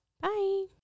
Bye